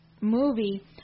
movie